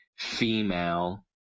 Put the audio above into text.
female